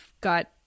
got